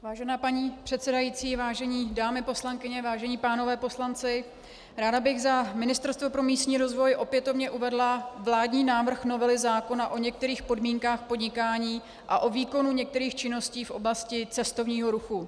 Vážená paní předsedající, vážené dámy poslankyně, vážení pánové poslanci, ráda bych za Ministerstvo pro místní rozvoj opětovně uvedla vládní návrh novely zákona o některých podmínkách podnikání a o výkonu některých činností v oblasti cestovního ruchu.